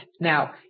Now